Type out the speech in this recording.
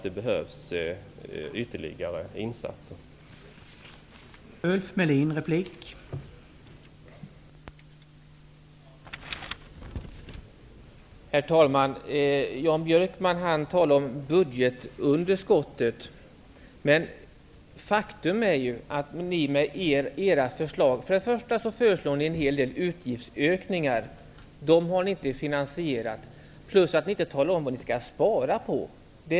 Det behövs ytterligare sådana satsningar.